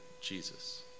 jesus